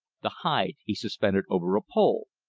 the hide he suspended over a pole.